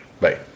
Bye